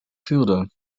fielder